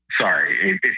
sorry